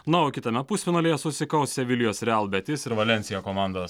na o kitame pusfinalyje susikaus sevilijos real betis ir valensija komandos